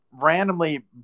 randomly